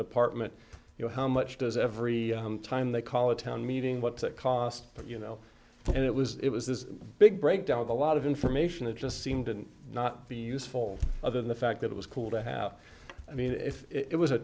department you know how much does every time they call a town meeting what's it cost but you know and it was it was this big breakdown of a lot of information that just seemed and not the useful other than the fact that it was cool to have i mean if it was a